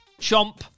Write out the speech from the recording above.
chomp